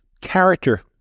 character